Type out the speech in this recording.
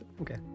Okay